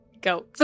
go